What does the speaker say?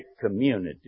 community